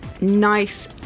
nice